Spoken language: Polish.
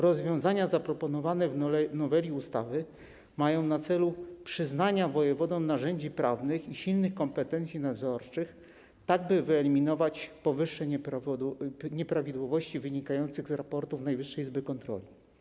Rozwiązania zaproponowane w noweli ustawy mają na celu przyznanie wojewodom narzędzi prawnych i silnych kompetencji nadzorczych, tak by wyeliminować powyższe nieprawidłowości wynikające z raportu Najwyższej Izby Kontroli.